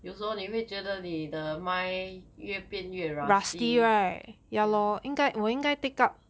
有时候你会觉得你的 mind 越变越 rusty